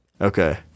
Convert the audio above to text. Okay